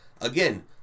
Again